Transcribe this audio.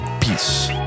peace